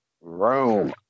room